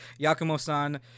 Yakumo-san